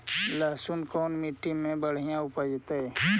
लहसुन कोन मट्टी मे बढ़िया उपजतै?